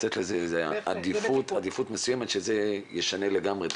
לתת לזה עדיפות מסוימת שזה ישנה לגמרי,